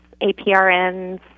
APRNs